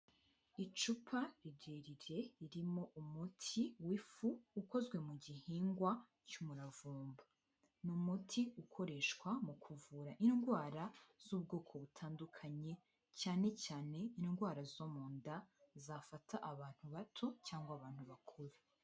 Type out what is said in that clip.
Icupa rirerire ririmo umuti w'ifu ukozwe mu gihingwa cy'umuravumba. Ni umuti ukoreshwa mu kuvura indwara z'ubwoko butandukanye cyane cyane indwara zo mu nda zafata abantu bato cyangwa abantu bakuru.